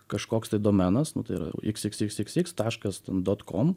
kažkoks tai domenas nu tai yra iks iks iks iks iks taškas ten dot com